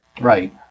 right